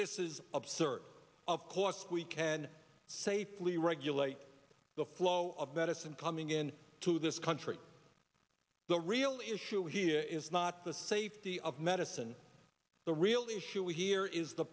this is absurd of course we can safely regulate the flow of medicine coming in to this country the real issue here is not the safety of medicine the real issue here is the